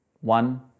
one